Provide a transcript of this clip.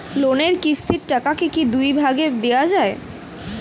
লোনের কিস্তির টাকাকে কি দুই ভাগে দেওয়া যায়?